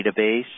database